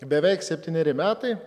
beveik septyneri metai